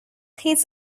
his